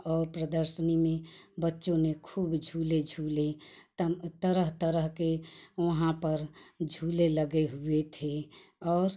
और प्रदर्शनी में बच्चों ने खूब झूले झूले तरम तरह तरह के वहाँ पर झूले लगे हुए थे और